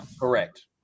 Correct